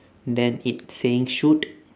then it saying shoot